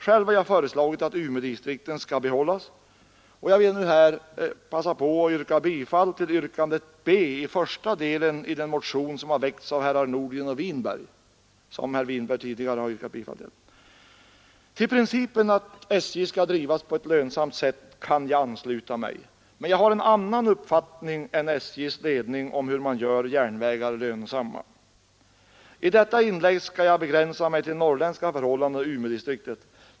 Själv har jag föreslagit att Umeådistrikten skall bibehållas, och jag vill här passa på att yrka bifall till motionen 1839 av herrar Winberg och Nordgren, yrkandet vid B, första delen, som också herr Winberg tidigare yrkade bifall till. Jag kan ansluta mig till principen att SJ skall drivas på ett lönsamt sätt, men jag har en annan uppfattning än SJ:s ledning om hur man gör järnvägar lönsamma. I detta inlägg skall jag begränsa mig till norrländska förhållanden och Umeådistrikten.